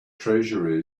treasure